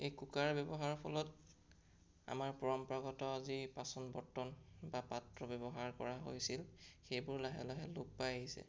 এই কুকাৰ ব্যৱহাৰৰ ফলত আমাৰ পৰম্পৰাগত যি বাচন বৰ্তন বা পাত্ৰ ব্যৱহাৰ কৰা হৈছিল সেইবোৰ লাহে লাহে লোপ পাই আহিছে